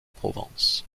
provence